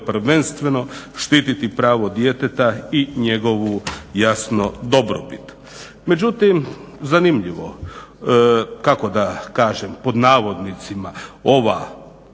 prvenstveno štititi pravo djeteta i njegovu, jasno dobrobit. Međutim, zanimljivo, kako da kažem, pod navodnicima, ova,